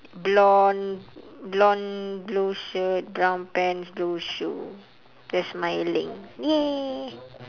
blonde blonde blue shirt brown pants blue shoe they are smiling !yay!